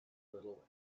little